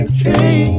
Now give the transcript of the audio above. change